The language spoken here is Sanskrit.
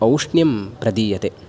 औष्ण्यं प्रदीयते